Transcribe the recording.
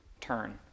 turn